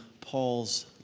Paul's